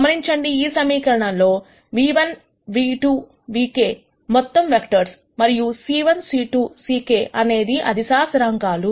గమనించండి ఈ సమీకరణం లో v1 v2 vk మొత్తం వెక్టర్స్ మరియు c1 c2 ck అనేవి అదిశా స్థిరాంకాలు